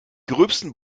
gröbsten